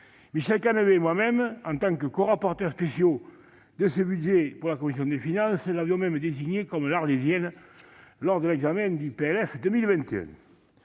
Michel Canévet et moi-même, en tant que corapporteurs spéciaux de ce budget pour la commission des finances, l'avions même désigné comme « l'Arlésienne » lors de l'examen du projet